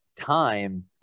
time